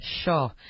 Sure